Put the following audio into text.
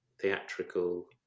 theatrical